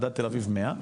"מדד תל אביב "100.